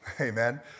amen